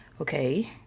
okay